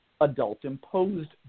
adult-imposed